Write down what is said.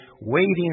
waiting